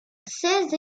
seize